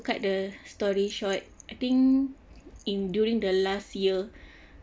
to cut the story short I think in during the last year